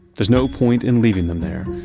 there's no point in leaving them there,